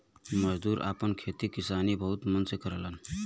मजदूर आपन खेती किसानी बहुत मन से करलन